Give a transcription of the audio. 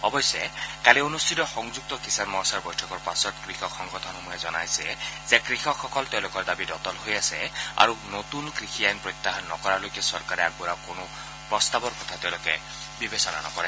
অৱশ্যে কালি অনুষ্ঠিত সংযুক্ত কিষান মৰ্চাৰ বৈঠকৰ পাছত কৃষক সংগঠনসমূহে জনাইছে যে কৃষকসকল তেওঁলোকৰ দাবীত অটল হৈ আছে আৰু নতুন কৃষি আইন প্ৰত্যাহাৰ নকৰালৈকে চৰকাৰে আগবঢ়োৱা কোনো প্ৰস্তাৱৰ কথা তেওঁলোকে বিবেচনা নকৰে